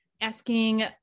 asking